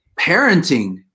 parenting